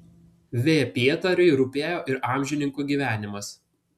v pietariui rūpėjo ir amžininkų gyvenimas